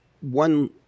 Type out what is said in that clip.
One